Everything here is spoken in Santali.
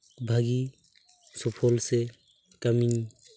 ᱵᱷᱟᱹᱜᱤ ᱥᱩᱯᱷᱚᱞ ᱥᱮ ᱠᱟᱹᱢᱤᱧ